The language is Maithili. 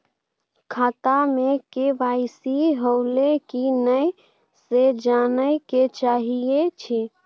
खाता में के.वाई.सी होलै की नय से जानय के चाहेछि यो?